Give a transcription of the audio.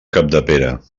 capdepera